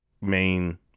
main